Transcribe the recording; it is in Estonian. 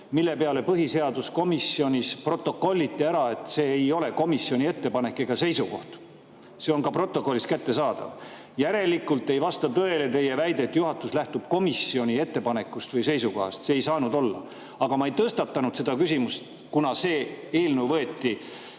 kirjas on. Põhiseaduskomisjonis protokolliti see, et see ei ole komisjoni ettepanek ega seisukoht. See protokoll on ka kättesaadav. Järelikult ei vasta tõele teie väide, et juhatus lähtub komisjoni ettepanekust või seisukohast. See ei saanud nii olla. Aga ma ei tõstatanud seda küsimust, kuna see eelnõu võeti